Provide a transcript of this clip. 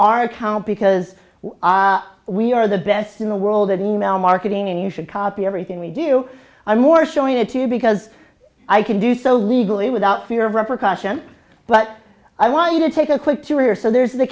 our account because we are the best in the world at e mail marketing and you should copy everything we do i'm more showing it to you because i can do so legally without fear of repercussions but i want you to take a quick tour so there's the